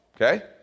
Okay